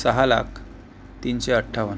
सहा लाख तीनशे अठ्ठावन्न